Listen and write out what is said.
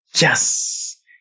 Yes